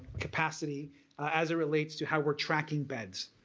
capacity as it relates to how we're tracking beds.